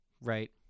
Right